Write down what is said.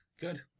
Good